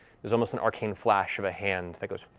there's almost an arcane flash of a hand that goes,